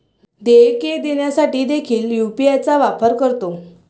देयके देण्यासाठी देखील यू.पी.आय चा वापर करतो